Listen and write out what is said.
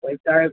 पैसा आएल